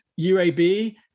UAB